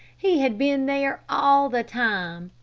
he had been there all the time.